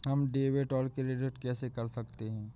हम डेबिटऔर क्रेडिट कैसे कर सकते हैं?